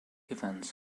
events